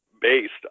based